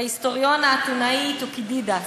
בהיסטוריון האתונאי תוקידידס,